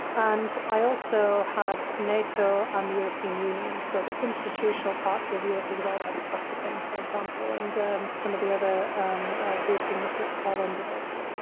and i also had nato and um the european union. so, the institutional parts of europe as well, we had the vatican, for example, and some of the other um groupings that fall into this.